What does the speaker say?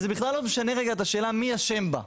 ובכלל לא משנה את השאלה מי אשם בה,